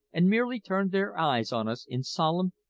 and merely turned their eyes on us in solemn,